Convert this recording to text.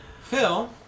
Phil